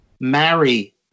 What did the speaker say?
marry